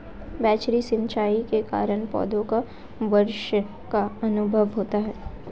बौछारी सिंचाई के कारण पौधों को वर्षा का अनुभव होता है